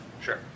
Sure